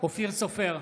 אופיר סופר,